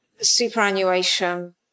superannuation